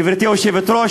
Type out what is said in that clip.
גברתי היושבת-ראש,